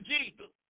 Jesus